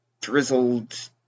drizzled